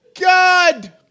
God